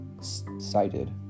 cited